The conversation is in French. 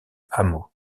hameau